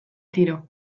tiro